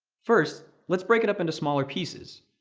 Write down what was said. first let's break it up into smaller pieces.